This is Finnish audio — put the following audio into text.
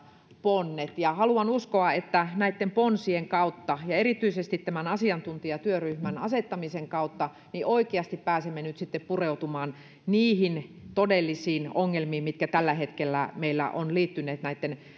ponnet haluan uskoa että näitten ponsien kautta ja erityisesti tämän asiantuntijatyöryhmän asettamisen kautta oikeasti pääsemme nyt sitten pureutumaan niihin todellisiin ongelmiin mitkä tällä hetkellä meillä ovat liittyneet